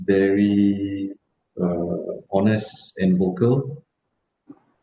very uh honest and vocal